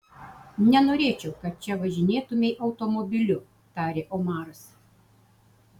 nenorėčiau kad čia važinėtumei automobiliu tarė omaras